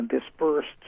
dispersed